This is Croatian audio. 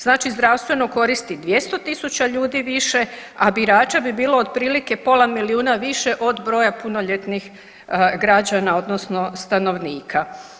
Znači zdravstveno koristi 200 000 ljudi više, a birača bi bilo otprilike pola milijuna više od broja punoljetnih građana odnosno stanovnika.